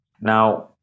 Now